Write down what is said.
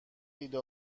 ایده